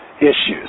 issues